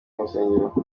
rusengero